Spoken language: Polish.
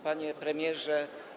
Panie Premierze!